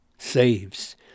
Saves